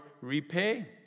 repay